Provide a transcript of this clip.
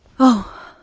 oh,